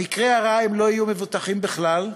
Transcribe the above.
במקרה הרע הם לא יהיו מבוטחים בכלל,